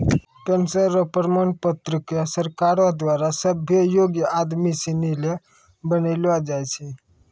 pension र प्रमाण पत्र क सरकारो द्वारा सभ्भे योग्य आदमी सिनी ल बनैलो जाय छै